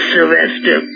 Sylvester